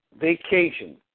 vacation